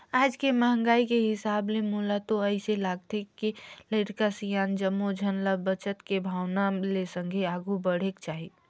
आज के महंगाई के हिसाब ले मोला तो अइसे लागथे के लरिका, सियान जम्मो झन ल बचत के भावना ले संघे आघु बढ़ेक चाही